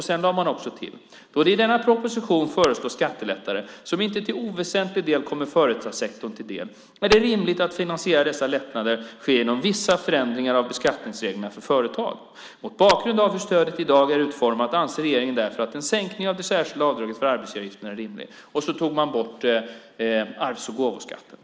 Sedan lade man också till: Då det i denna proposition föreslås skattelättnader som till inte oväsentlig del kommer företagssektorn till del är det rimligt att finansieringen av dessa lättnader sker genom vissa förändringar av beskattningsreglerna för företag. Mot bakgrund av hur stödet i dag är utformat anser regeringen därför att en sänkning av det särskilda avdraget för arbetsgivaravgifterna är rimlig. Och så tog man bort arvs och gåvoskatten.